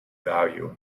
value